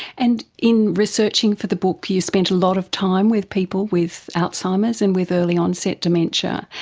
and in researching for the book you spent a lot of time with people with alzheimer's and with early onset dementia.